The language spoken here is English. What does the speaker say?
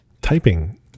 typing